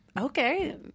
Okay